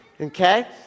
Okay